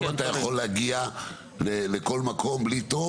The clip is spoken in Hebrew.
אם אתה יכול להגיע לכל מקום בלי תור?